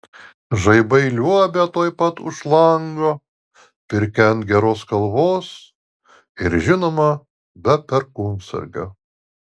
žaibai liuobia tuoj pat už lango pirkia ant geros kalvos ir žinoma be perkūnsargio